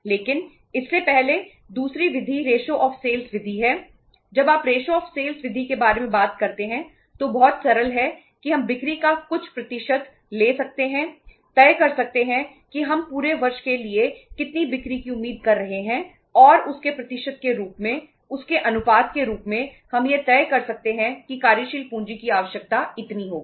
लेकिन इससे पहले दूसरी विधि रेशों ऑफ सेल्स विधि के बारे में बात करते हैं तो बहुत सरल है कि हम बिक्री का कुछ प्रतिशत ले सकते हैं तय कर सकते हैं कि हम पूरे वर्ष के लिए कितनी बिक्री की उम्मीद कर रहे हैं और उसके प्रतिशत के रूप में उसके अनुपात के रूप में हम यह तय कर सकते हैं कि कार्यशील पूंजी की आवश्यकता इतनी होगी